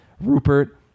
Rupert